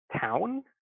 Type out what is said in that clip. town